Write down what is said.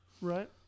Right